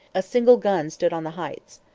a single gun stood on the heights.